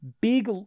big